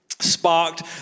sparked